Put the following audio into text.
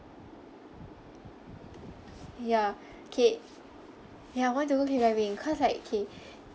ya okay ya want to go cliff diving cause like okay